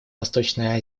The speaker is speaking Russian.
восточная